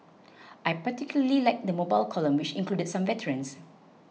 I particularly liked the mobile column which included some veterans